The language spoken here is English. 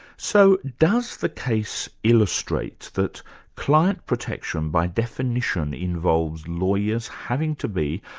so does the case illustrate that client protection by definition, involves lawyers having to be,